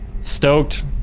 stoked